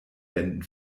wänden